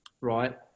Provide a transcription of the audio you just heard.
Right